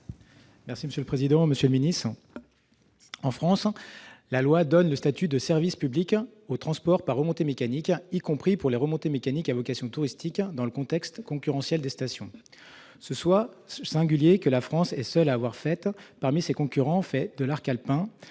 Monsieur le secrétaire d'État, en France, la loi donne le statut de service public au transport par remontées mécaniques, y compris pour les remontées à vocation touristique dans le contexte concurrentiel des stations. Ce choix singulier, que la France est seule à avoir fait parmi ses concurrents dans l'arc alpin,